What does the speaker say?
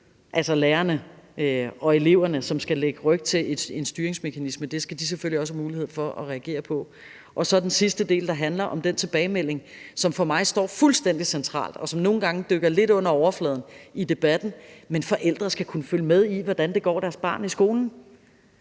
altså lærerne og eleverne, som skal lægge ryg til en styringsmekanisme; det skal de selvfølgelig også have mulighed for at reagere på. Kl. 17:43 Så er der den sidste del, der handler om den tilbagemelding, som for mig står fuldstændig centralt, og som nogle gange dykker lidt ned under overfladen i debatten: Forældre skal kunne følge med i, hvordan det går deres barn i skolen.